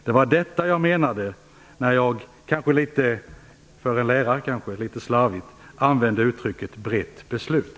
Det var detta jag menade när jag, kanske för en lärare litet slarvigt, använde uttrycket brett beslut.